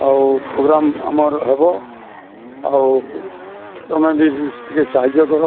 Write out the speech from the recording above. ଆଉ ପ୍ରୋଗ୍ରାମ୍ ଆମର ହେବ ଆଉ ତମେ ଟିକେ ସାହାଯ୍ୟ କର